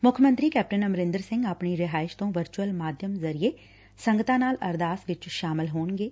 ਮੁੱਖ ਮੰਤਰੀ ਕੈਪਟਨ ਅਮਰਿੰਦਰ ਸਿੰਘ ਆਪਣੀ ਰਿਹਾਇਸ਼ ਤੋ ਵਰਚੁਅਲ ਮਾਧਿਅਮ ਜ਼ਰੀਏ ਸੰਗਤਾਂ ਨਾਲ ਅਰਦਾਸ ਚ ਸ਼ਾਮਲ ਹੋਣਗੇ